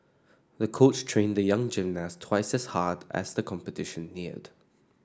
the coach trained the young gymnast twice as hard as the competition neared